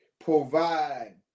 provide